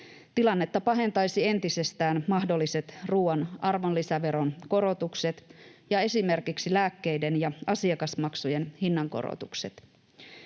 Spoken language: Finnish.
Tilannetta pahentaisi entisestään mahdolliset ruuan arvonlisäveron korotukset ja esimerkiksi lääkkeiden ja asiakasmaksujen hinnankorotukset.